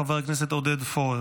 חבר הכנסת עודד פורר.